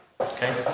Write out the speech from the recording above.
Okay